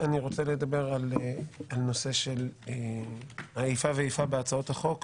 אני רוצה לדבר על נושא של איפה ואיפה בהצעות החוק,